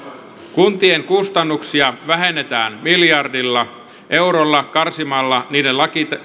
kuntien kustannuksia vähennetään miljardilla eurolla karsimalla niiden